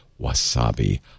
Wasabi